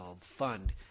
fund